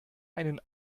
einen